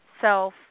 self